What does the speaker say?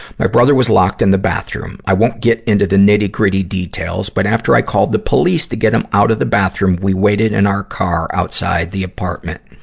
my brother was locked in the bathroom. i won't get into the nitty-gritty details. but after i called the police to get him out of the bathroom, we waited in our car outside the apartment.